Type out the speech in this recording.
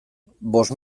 bost